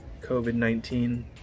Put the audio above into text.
COVID-19